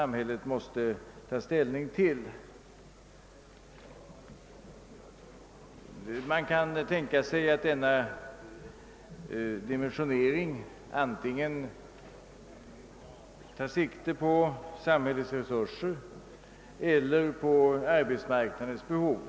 Man kan tänka sig att denna dimensionering tar sikte antingen på samhällets resurser eller på arbetsmarknadens behov.